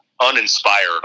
uninspired